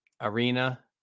Arena